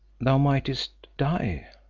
thou mightest die.